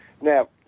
Now